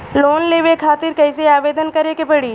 Loan लेवे खातिर कइसे आवेदन करें के पड़ी?